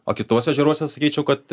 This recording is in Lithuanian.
o kituose ežeruose sakyčiau kad